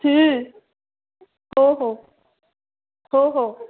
हो हो हो हो